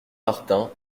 martin